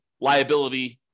liability